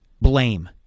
blame